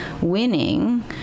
winning